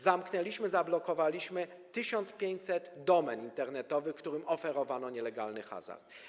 Zamknęliśmy, zablokowaliśmy 1500 domen internetowych, które oferowały nielegalny hazard.